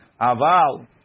Aval